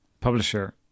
publisher